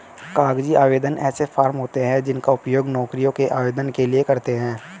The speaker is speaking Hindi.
कागजी आवेदन ऐसे फॉर्म होते हैं जिनका उपयोग नौकरियों के आवेदन के लिए करते हैं